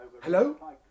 Hello